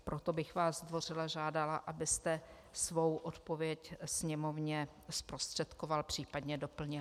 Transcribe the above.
Proto bych vás zdvořile žádala, abyste svou odpověď Sněmovně zprostředkoval, případně doplnil.